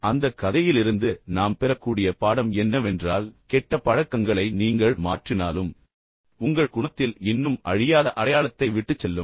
பின்னர் அந்தக் கதையிலிருந்து நாம் பெறக்கூடிய பாடம் என்னவென்றால் கெட்ட பழக்கங்களை நீங்கள் மாற்றினாலும் உங்கள் குணத்தில் இன்னும் அழியாத அடையாளத்தை விட்டுச்செல்லும்